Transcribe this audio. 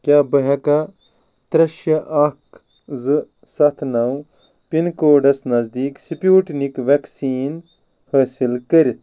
کیٛاہ بہٕ ہیٚکاہ ترٛےٚ شےٚ اکھ زٕ ستھ نَو پِن کوڈس نزدیٖک سٕپیٛوٹنٕکۍ ویٚکسیٖن حٲصِل کٔرِتھ